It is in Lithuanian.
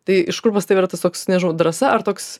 tai iš kur pas tave yra tas toks nežinau drąsa ar toks